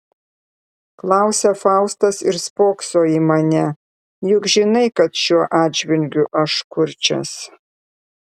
klausia faustas ir spokso į mane juk žinai kad šiuo atžvilgiu aš kurčias